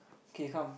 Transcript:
K come